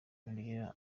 noriella